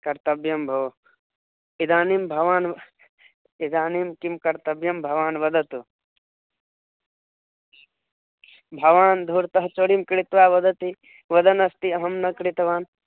कर्त्यव्यं भोः इदानीं भवान् इदानीं किं कर्तव्यं भवान् वदतु भवान् धूर्तः चौर्यं कृत्वा वदति वदन् अस्ति अहं न कृतवान्